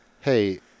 hey